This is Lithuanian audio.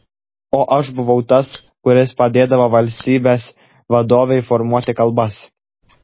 o aš buvau tas kuris padėdavo valstybės vadovei formuoti kalbas